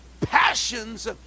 passions